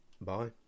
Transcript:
Bye